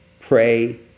pray